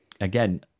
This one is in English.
again